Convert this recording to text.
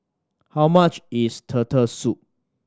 how much is Turtle Soup